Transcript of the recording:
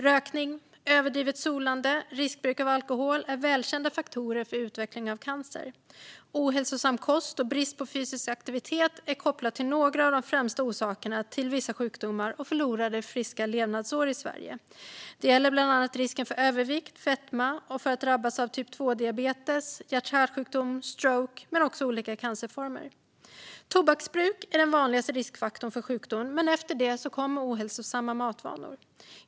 Rökning, överdrivet solande och riskbruk av alkohol är välkända faktorer för utveckling av cancer. Ohälsosam kost och brist på fysisk aktivitet är några av de främsta orsakerna till vissa sjukdomar och förlorade friska levnadsår i Sverige. Det gäller bland annat risken för övervikt och fetma och risken för att drabbas av typ 2-diabetes, hjärt-kärlsjukdom, stroke eller olika cancerformer. Tobaksbruk är den vanligaste riskfaktorn för sjukdom, men efter det kommer ohälsosamma matvanor.